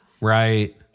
Right